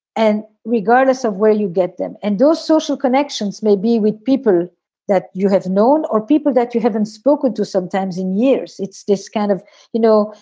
and regardless of where you get them and those social connections may be with people that you have known or people that you haven't spoken to sometimes in years. it's this kind of you know,